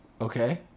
Okay